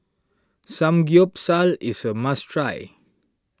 Samgyeopsal is a must try